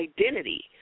identity